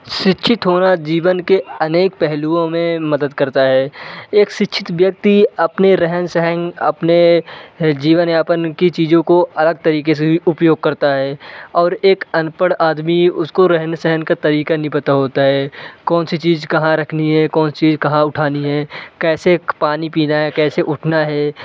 शिक्षित होना जीवन के अनेक पहलुओं मे मदद करता है एक शिक्षित व्यक्ति अपने रहन सहन अपने जीवन यापन की चीज़ों को अलग तरीके से उपयोग करता है और एक अनपढ़ आदमी उसको रहन सहन का तरीका नहीं पता होता है कौन सी चीज़ कहाँ रखनी है कौन सी चीज़ कहाँ उठानी है कैसे पानी पीना है कैसे उठना है